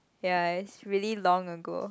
ya it's really long ago